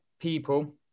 people